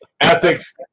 Ethics